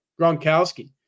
Gronkowski